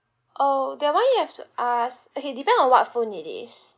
oh that one you have to ask okay depend on what phone it is